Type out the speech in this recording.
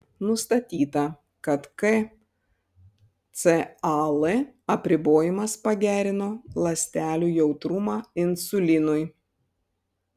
nustatyta kad kcal apribojimas pagerino ląstelių jautrumą insulinui